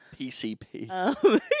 PCP